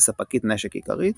כספקית נשק עיקרית,